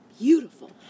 beautiful